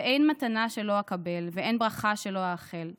// ואין מתנה שלא אקבל / ואין ברכה שלא אאחל /